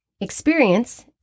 Experience